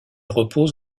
repose